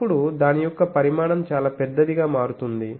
అప్పుడు దాని యొక్క పరిమాణం చాలా పెద్దదిగా మారుతుంది